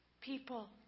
people